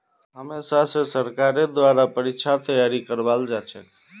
हमेशा स सरकारेर द्वारा परीक्षार तैयारी करवाल जाछेक